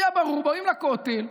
היה ברור: באים לכותל,